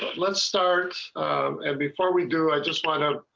let's start and before we do i just find out.